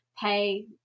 pay